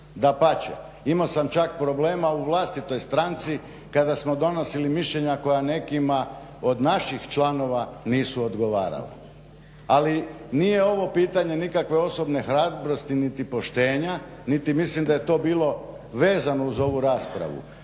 Dapače imao sam čak problema u vlastitoj stranci kada smo donosili mišljenja koja nekima od naših članova nisu odgovarala. Ali nije ovo pitanje nikakve osobne hrabrosti niti poštenja niti mislim da je to bilo vezano uz ovu raspravu.